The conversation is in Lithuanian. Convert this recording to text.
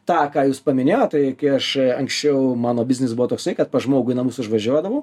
tą ką jūs paminėjot tai kai aš anksčiau mano biznis buvo toksai kad pas žmogų į namus aš važiuodavau